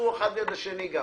הצבעה בעד סעיף 10, 1 נגד,